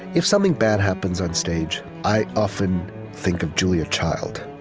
if something bad happens on stage, i often think of julia child,